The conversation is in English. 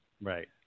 right